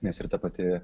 nes ir ta pati